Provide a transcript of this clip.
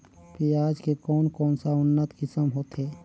पियाज के कोन कोन सा उन्नत किसम होथे?